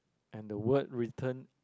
and the word written